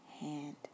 hand